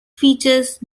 features